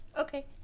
Okay